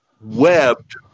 webbed